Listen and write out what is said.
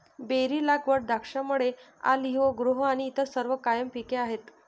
berry लागवड, द्राक्षमळे, olive grove आणि इतर सर्व कायम पिके आहेत